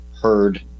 heard